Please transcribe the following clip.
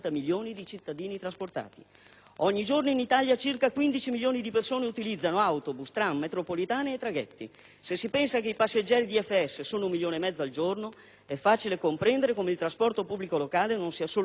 Ogni giorno in Italia circa 15 milioni di persone utilizzano autobus, tram, metropolitane e traghetti. Se si pensa che i passeggeri di FS sono un milione e mezzo al giorno, è facile comprendere come il trasporto pubblico locale non sia solo uno dei servizi sui quali si misura